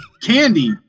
candy